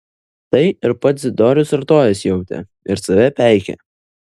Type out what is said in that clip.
tai ir pats dzidorius artojas jautė ir save peikė